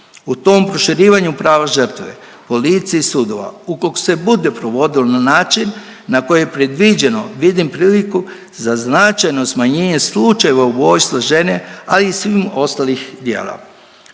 U tom proširivanju prava žrtve …/Govornik se ne razumije./…su dva. Ukoliko se bude provodilo na način na koji je predviđeno, vidim priliku za značajno smanjenje slučajeva ubojstva žene, a i svih ostalih djela.